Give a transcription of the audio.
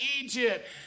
Egypt